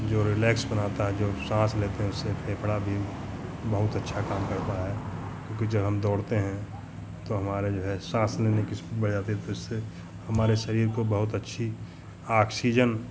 जो रिलैक्सपन आता है जो हम साँस लेते हैं उससे फेंफड़ा भी बहुत अच्छा काम करता है क्योंकि जब हम दौड़ते हैं तो हमारे जो है साँस लेने की स्पीड बढ़ जाती है तो इससे हमारे शरीर को बहुत अच्छी ऑक्सीज़न